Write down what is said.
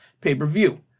pay-per-view